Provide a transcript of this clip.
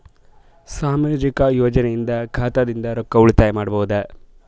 ಸಾಮಾಜಿಕ ಯೋಜನೆಯಿಂದ ಖಾತಾದಿಂದ ರೊಕ್ಕ ಉಳಿತಾಯ ಮಾಡಬಹುದ?